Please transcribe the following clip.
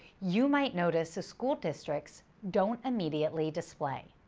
you might notice the school districts don't immediately display.